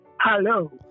Hello